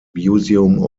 museum